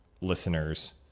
listeners